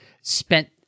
spent